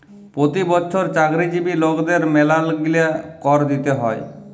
পতি বচ্ছর চাকরিজীবি লকদের ম্যালাগিলা কর দিতে হ্যয়